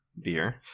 beer